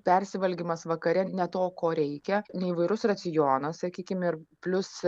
persivalgymas vakare ne to ko reikia neįvairus racionas sakykim ir plius